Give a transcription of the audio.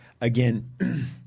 again